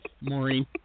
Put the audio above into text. Maureen